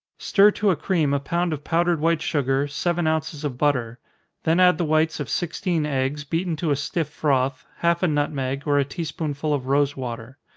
stir to a cream a pound of powdered white sugar, seven ounces of butter then add the whites of sixteen eggs, beaten to a stiff froth, half a nutmeg, or a tea-spoonful of rosewater.